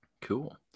cool